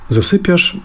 Zasypiasz